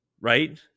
right